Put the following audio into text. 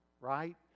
Right